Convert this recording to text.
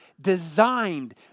designed